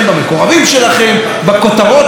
בכותרות שאולי תייצרו.